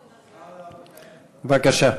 בבקשה.